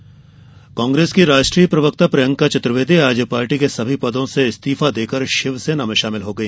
प्रियंका इस्तीफा कांग्रेस की राष्ट्रीय प्रवक्ता प्रियंका चतुर्वेदी ने आज पार्टी के सभी पदों से इस्तीफा देकर शिव सेना में शामिल हो गई